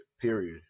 period